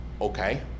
Okay